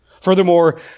Furthermore